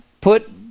put